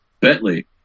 Bentley